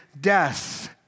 death